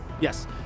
Yes